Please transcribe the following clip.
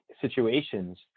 situations